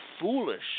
foolish